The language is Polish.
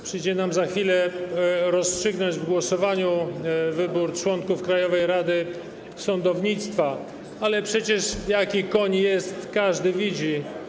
Przyjdzie nam za chwilę rozstrzygnąć w głosowaniu wybór członków Krajowej Rady Sądownictwa, ale przecież jaki koń jest, każdy widzi.